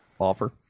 offer